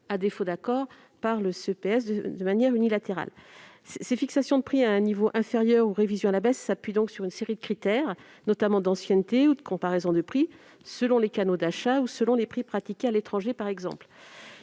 à défaut d'accord, le CEPS les décide de manière unilatérale. Ces fixations de prix à un niveau inférieur ou révisions à la baisse s'appuient sur une série de critères, notamment d'ancienneté ou de comparaison de prix, selon les canaux d'achat ou selon les prix pratiqués à l'étranger, par exemple.